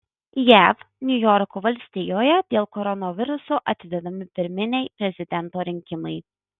jav niujorko valstijoje dėl koronaviruso atidedami pirminiai prezidento rinkimai